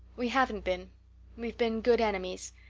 we haven't been we've been good enemies.